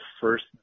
first